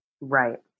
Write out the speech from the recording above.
Right